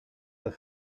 the